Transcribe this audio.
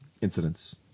incidents